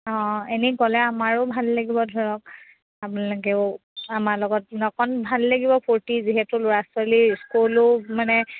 অঁ এনেই গ'লে আমাৰো ভাল লাগিব ধৰক আপোনালোকেও আমাৰ লগত অকণ ভাল লাগিব ফূৰ্তি যিহেতু ল'ৰা ছোৱালী স্কুলো মানে